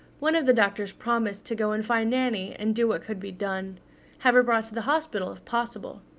one of the doctors promised to go and find nanny, and do what could be done have her brought to the hospital, if possible.